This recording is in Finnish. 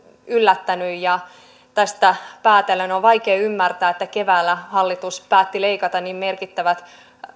yllättänyt ja tästä päätellen on vaikea ymmärtää että keväällä hallitus päätti tehdä niin merkittävät